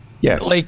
Yes